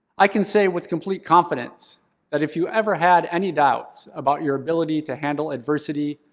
i can say with complete confidence that if you ever had any doubts about your ability to handle adversity,